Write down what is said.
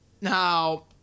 Now